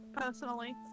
Personally